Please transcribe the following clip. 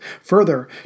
Further